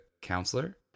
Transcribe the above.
Counselor